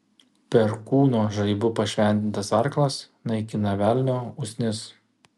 perkūno žaibu pašventintas arklas naikina velnio usnis